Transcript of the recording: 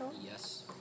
Yes